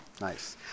nice